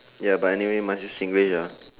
ya but anyway must use Singlish ah